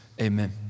amen